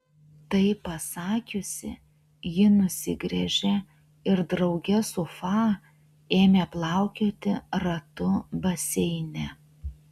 tai pasakiusi ji nusigręžė ir drauge su fa ėmė plaukioti ratu baseine